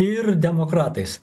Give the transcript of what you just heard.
ir demokratais